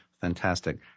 fantastic